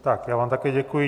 Tak já vám také děkuji.